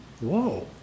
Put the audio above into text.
Whoa